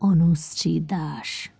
Anushree Das